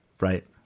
Right